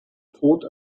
tod